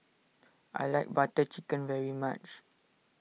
I like Butter Chicken very much